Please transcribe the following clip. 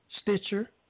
Stitcher